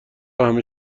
همه